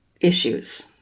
issues